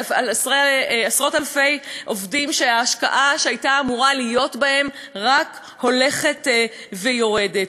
עשרות אלפי עובדים שההשקעה שהייתה אמורה להיות בהם רק הולכת ויורדת.